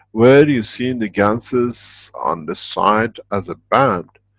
where you've seen the ganses on the side as a band,